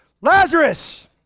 Lazarus